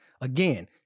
again